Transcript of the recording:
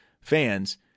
fans